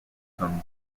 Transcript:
some